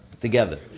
together